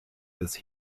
des